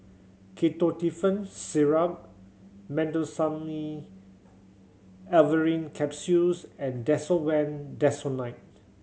Ketotifen Syrup Meteospasmyl Alverine Capsules and Desowen Desonide